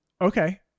Okay